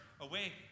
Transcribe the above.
away